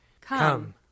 Come